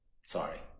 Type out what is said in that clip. Sorry